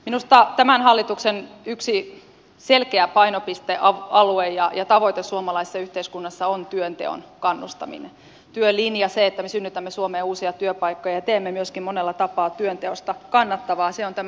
minusta tämän hallituksen yksi selkeä painopistealue ja tavoite suomalaisessa yhteiskunnassa on työnteon kannustaminen työlinja se että me synnytämme suomeen uusia työpaikkoja ja teemme myöskin monella tapaa työnteosta kannattavaa